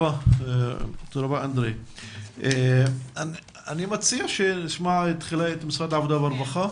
אני מציע שנשמע את משרד העבודה והרווחה.